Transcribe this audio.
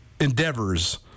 endeavors